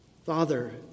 Father